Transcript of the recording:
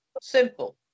simple